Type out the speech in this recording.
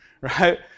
right